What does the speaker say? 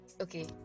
okay